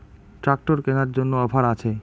Tractor কেনার জন্য offer আছে?